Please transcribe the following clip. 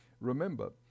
Remember